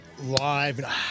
live